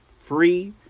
free